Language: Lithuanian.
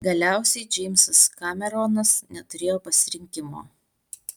galiausiai džeimsas kameronas neturėjo pasirinkimo